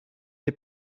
les